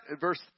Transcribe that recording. verse